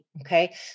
okay